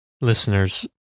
listeners